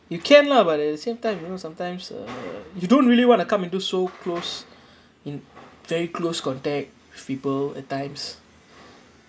you can lah but at the same time you know sometimes uh you don't really want to come into so close in very close contact with people at times